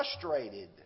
frustrated